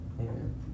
Amen